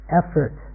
effort